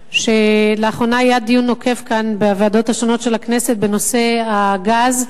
שלאחרונה היה דיון נוקב בוועדות השונות של הכנסת בנושא הגז,